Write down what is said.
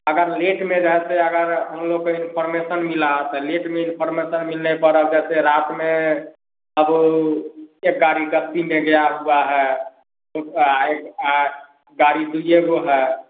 अगर लेट में रहते अगर हम लोग को इंफोर्मेशन मिली तो लेट में इंफोर्मेशन मिलने के कारण जैसे रात में अगर एक गाड़ी बस्ती में गया हुआ है तो एक गाड़ी दुईएगो है